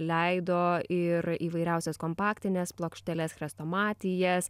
leido ir įvairiausias kompaktines plokšteles chrestomatijas